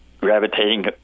gravitating